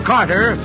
Carter